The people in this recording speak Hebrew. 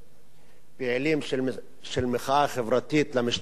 פעילים של מחאה חברתית למשטרה לראות מה